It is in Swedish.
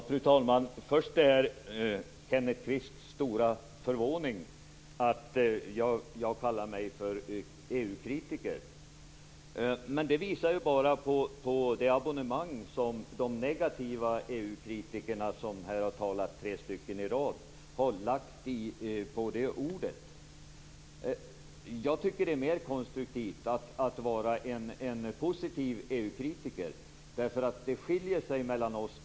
Fru talman! När det gäller Kenneth Kvists stora förvåning över att jag kallar mig för EU-kritiker visar bara det abonnemang som de negativa EU-kritikerna - här har tre av dem talat - har på det ordet. Jag tycker att det är mera konstruktivt att vara en positiv EU kritiker. Det skiljer sig mellan oss.